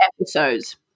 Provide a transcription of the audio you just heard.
episodes